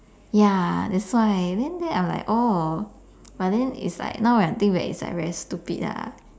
ya that's why then then I'm like oh but then it's like now when I think back it's like very stupid lah